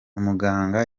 umuganga